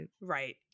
Right